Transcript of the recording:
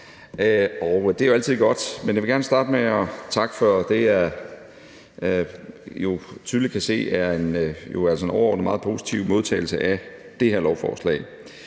Det er jo altid godt. Men jeg vil gerne starte med at takke for det, jeg tydeligt kan se overordnet er en meget positiv modtagelse af det her lovforslag.